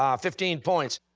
um fifteen points.